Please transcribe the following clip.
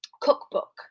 cookbook